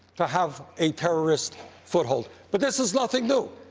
to have a terrorist foothold. but this is nothing new.